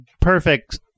perfect